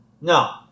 No